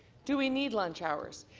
do we need lunch hours?